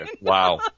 Wow